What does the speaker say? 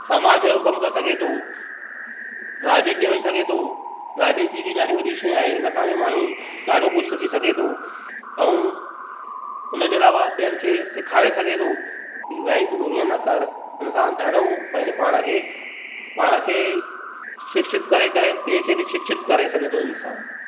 समाज जो कमु करे सघे थो राजनीतिअ में वञी सघे थो राजनीति बि ॾाढी वॾी शइ आहे उन सां बि माण्हू ॾाढो कुझु सिखी सघे थो ऐं उन जे अलावा ॿियनि खे सेखारे सघे थो की भई तूं हीअं न कर हुन सां ॾाढो पंहिंजे पाण खे पाण खे शिक्षित करे करे ॿिए खे बि शिक्षित करे सघे थो इंसानु